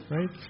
Right